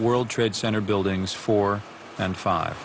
world trade center buildings four and five